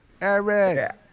eric